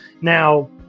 Now